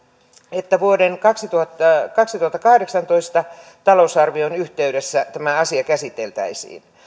että vuoden kaksituhattakahdeksantoista talousarvion yhteydessä tämä asia käsiteltäisiin